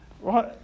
Right